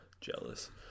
Jealous